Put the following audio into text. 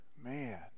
man